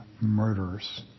murderers